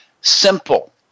simple